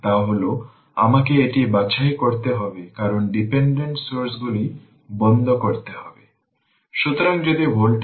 এবং এটি t 0 এ খুলবে v t এর জন্য t বা 0 এর সমান